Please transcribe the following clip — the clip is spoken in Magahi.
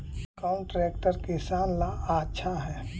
कौन ट्रैक्टर किसान ला आछा है?